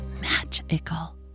magical